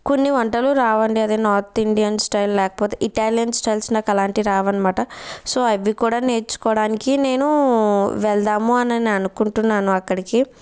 కొన్ని వంటలు రావండి అదే నార్త్ ఇండియన్ స్టైల్ లేకపోతే ఇటాలియన్ స్టైల్స్ నాకు అలాంటివి రావన్నమాట సో అవి కూడా నేర్చుకోడానికి నేను వెళ్దాము అననుకుంటున్నాను అక్కడికి